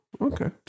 okay